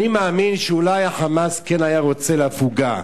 אני מאמין שאולי ה"חמאס" כן היה רוצה הפוגה,